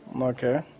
Okay